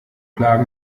plagen